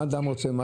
מה אדם רוצה?